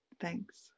Thanks